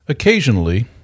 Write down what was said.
Occasionally